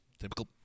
typical